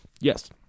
Yes